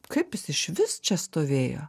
kaip jis išvis čia stovėjo